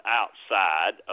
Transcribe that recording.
outside